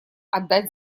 отдать